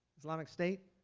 islamic state,